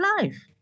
life